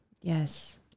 Yes